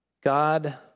God